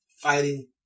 fighting